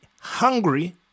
hungry